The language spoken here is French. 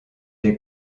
les